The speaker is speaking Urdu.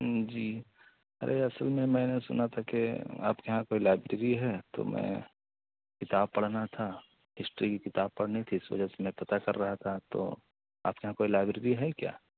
جی ارے اصل میں میں نے سنا تھا کہ آپ کے یہاں کوئی لائبریری ہے تو میں کتاب پڑھنا تھا ہسٹری کی کتاب پڑھنی تھی اس وجہ سے میں پتہ کر رہا تھا تو آپ کے یہاں کوئی لائبریری ہے کیا